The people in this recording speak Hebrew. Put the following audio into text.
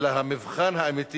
אלא המבחן האמיתי